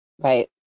Right